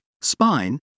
spine